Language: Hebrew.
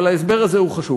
אבל ההסבר הזה הוא חשוב.